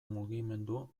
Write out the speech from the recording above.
mugimendu